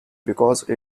because